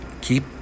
keep